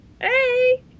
Hey